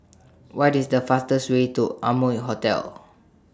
What IS The fastest Way to Amoy Hotel